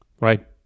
Right